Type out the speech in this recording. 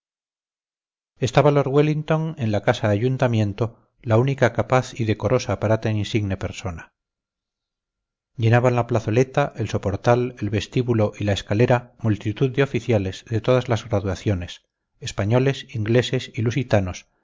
estaba lord wellington en la casa ayuntamiento la única capaz y decorosa para tan insigne persona llenaban la plazoleta el soportal el vestíbulo y la escalera multitud de oficiales de todas las graduaciones españoles ingleses y lusitanos